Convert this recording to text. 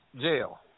jail